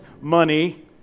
money